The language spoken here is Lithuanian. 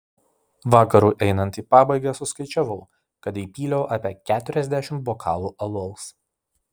vakarui einant į pabaigą suskaičiavau kad įpyliau apie keturiasdešimt bokalų alaus